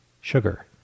sugar